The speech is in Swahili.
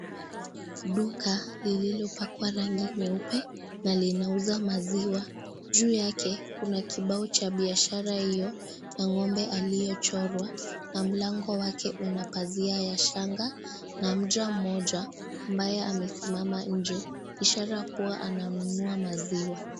Duka lililo pakwa rangi nyeupe na linauza maziwa. Juu yake kuna kibao cha biashara hiyo na ng'ombe aliyechorwa, na mlango wake una pazia ya shanga, na mcha ambaye amesimama nje, ishara kuwa ananunua maziwa.